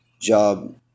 job